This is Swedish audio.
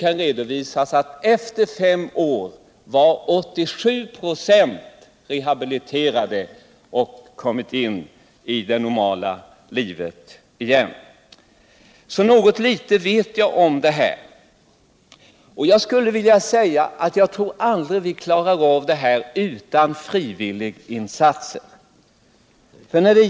Den kvinnliga professorn spelade sedan i tacksamhetsskuld in en film om arbetet. Något litet vet jag alltså om detta. Jag tror aldrig vi klarar det här utan frivilliga insatser.